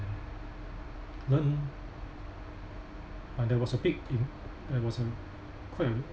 learn ah there was a big team there was a quite